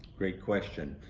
great question.